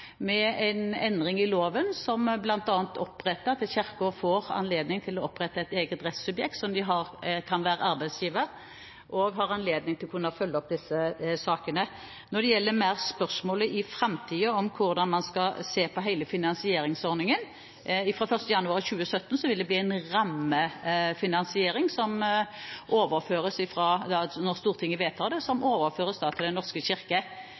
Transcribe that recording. med et forslag om en endring i loven, bl.a. slik at Kirken får anledning til å opprette et eget rettssubjekt som kan være arbeidsgiver og har anledning til å kunne følge opp disse sakene. Når det gjelder spørsmålet om hvordan man i framtiden skal se på hele finansieringsordningen: Fra 1. januar 2017 vil det bli en rammefinansiering som, når Stortinget vedtar den, overføres til Den norske kirke.